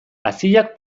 haziak